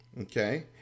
Okay